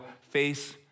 face